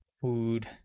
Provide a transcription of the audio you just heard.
food